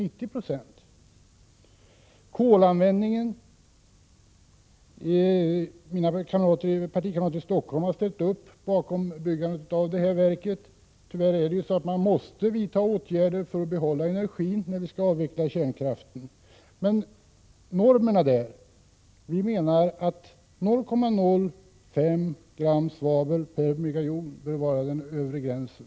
När det gäller kolanvändningen har mina partikamrater i Stockholm ställt upp bakom beslutet att bygga Värtaverket. Tyvärr måste åtgärder vidtas för att behålla energin när kärnkraften skall avvecklas. I fråga om normerna där anser folkpartiet att 0,05 gram svavel per megajoule bör vara den övre gränsen.